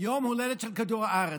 יום ההולדת של כדור הארץ.